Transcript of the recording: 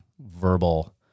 verbal